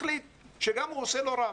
החליט שגם הוא עושה לו רב,